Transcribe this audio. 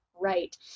right